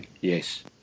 Yes